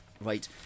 right